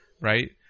right